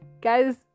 Guys